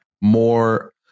more